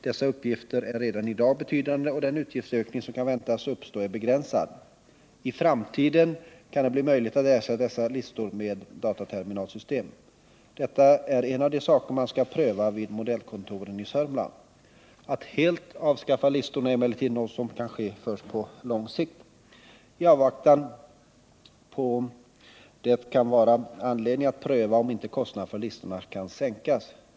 Dessa utgifter är redan i dag betydande, och den utgiftsökning som kan väntas uppstå är begränsad. I framtiden kan det bli möjligt att ersätta dessa listor med ett dataterminalsystem. Detta är en av de saker man skall pröva vid modellkontoren i Södermanland. Att helt avskaffa listorna är emellertid något som kan ske först på längre sikt. I avvaktan på det kan det vara anledning att pröva, om inte kostnaderna för listorna kan sänkas.